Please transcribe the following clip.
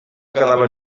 quedava